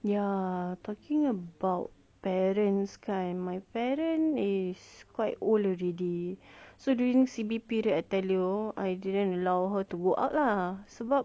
ya talking about parents kan my parent is quite old already so during C_B period I tell you I didn't allow her to go out lah sebab